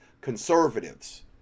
conservatives